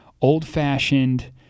old-fashioned